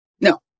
No